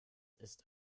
ist